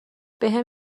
بهم